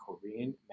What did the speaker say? Korean